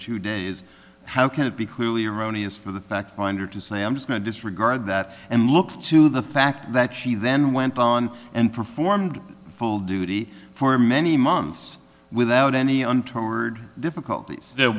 two days how can it be clearly erroneous for the fact finder to say i'm just going to disregard that and look to the fact that she then went on and performed full duty for many months without any untoward difficulties that